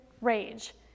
rage